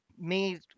made